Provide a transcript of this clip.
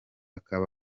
akaba